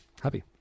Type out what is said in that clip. Happy